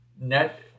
net